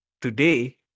today